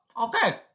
Okay